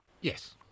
Yes